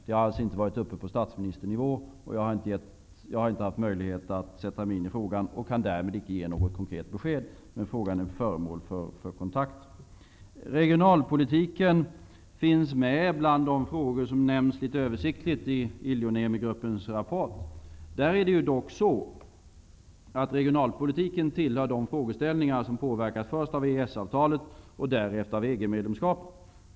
Den har alltså inte varit uppe på statsministernivå, och jag har inte haft möjlighet att sätta mig in i frågan och kan därmed icke ge något konkret besked, men frågan är föremål för kontakter. Regionalpolitiken finns med bland de frågor som nämns översiktligt i Iloniemigruppens rapport. Regionalpolitiken tillhör de frågeställningar som påverkas, först av EES-avtalet och därefter av EG medlemskap.